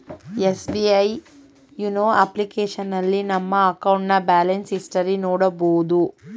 SBI YONO ಅಪ್ಲಿಕೇಶನ್ನಲ್ಲಿ ನಮ್ಮ ಅಕೌಂಟ್ನ ಬ್ಯಾಲೆನ್ಸ್ ಹಿಸ್ಟರಿ ನೋಡಬೋದು